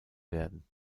werden